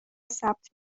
ثبت